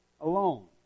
alone